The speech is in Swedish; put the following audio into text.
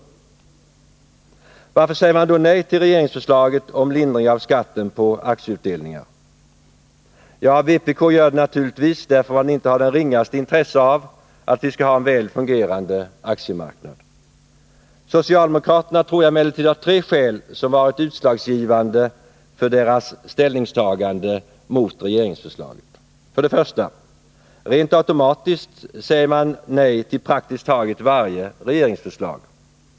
Varför säger man då nej till regeringsförslaget om en lindring av skatten på aktieutdelningar? Ja, vpk gör det naturligtvis därför att man inte har det ringaste intresse av att vi skall ha en fungerande aktiemarknad. För socialdemokraterna tror jag emellertid att tre skäl har varit utslagsgivande för deras ställningstagande mot regeringsförslaget: 1. Rent automatiskt säger man nej till praktiskt taget varje regeringsförslag.